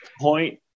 point